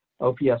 OPS